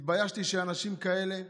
התביישתי שאנשים כאלה,